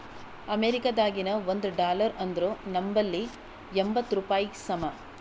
ಅಮೇರಿಕಾದಾಗಿನ ಒಂದ್ ಡಾಲರ್ ಅಂದುರ್ ನಂಬಲ್ಲಿ ಎಂಬತ್ತ್ ರೂಪಾಯಿಗಿ ಸಮ